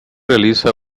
realiza